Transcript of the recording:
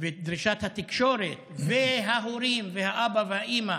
ודרישת התקשורת, ההורים, האבא והאימא